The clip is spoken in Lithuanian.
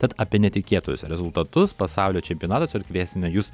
tad apie netikėtus rezultatus pasaulio čempionatuose kviesime jus